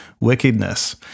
wickedness